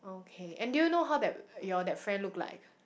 okay and do you know how that your that friend look like